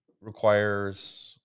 requires